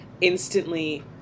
Instantly